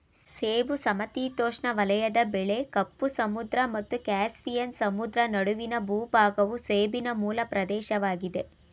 ಸೇಬು ಸಮಶೀತೋಷ್ಣ ವಲಯದ ಬೆಳೆ ಕಪ್ಪು ಸಮುದ್ರ ಮತ್ತು ಕ್ಯಾಸ್ಪಿಯನ್ ಸಮುದ್ರ ನಡುವಿನ ಭೂಭಾಗವು ಸೇಬಿನ ಮೂಲ ಪ್ರದೇಶವಾಗಿದೆ